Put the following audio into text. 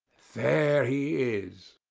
there he is!